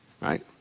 right